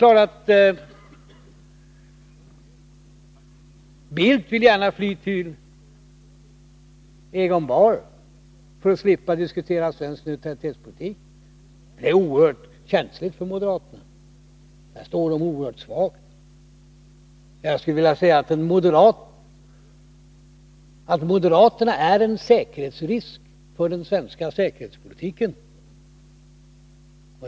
Carl Bildt vill gärna fly till Egon Bahr för att slippa diskutera svensk neutralitetspolitik, ett oerhört känsligt ämne för moderaterna. Där är de mycket svaga. Jag vill påstå att moderaterna är en säkerhetsrisk för den svenska säkerhetspolitiken.